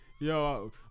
yo